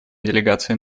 делегацией